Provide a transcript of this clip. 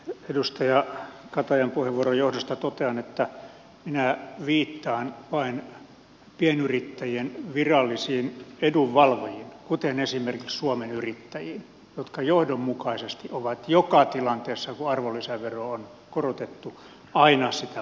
edustaja katajan puheenvuoron johdosta totean että minä viittaan vain pienyrittäjien virallisiin edunvalvojiin kuten esimerkiksi suomen yrittäjiin jotka johdonmukaisesti ovat joka tilanteessa kun arvonlisäveroa on korotettu aina sitä vastustaneet